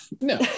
No